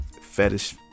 fetish